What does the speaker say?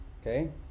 okay